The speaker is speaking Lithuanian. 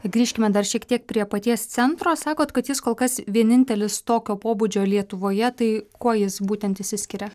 grįžkime dar šiek tiek prie paties centro sakot kad jis kol kas vienintelis tokio pobūdžio lietuvoje tai kuo jis būtent išsiskiria